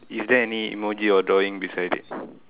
is there any emoji or drawing beside it